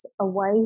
away